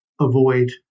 avoid